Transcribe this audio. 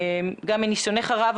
גם מניסיונך הרב,